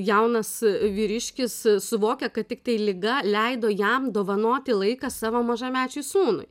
jaunas vyriškis suvokia kad tiktai liga leido jam dovanoti laiką savo mažamečiui sūnui